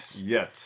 yes